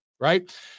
right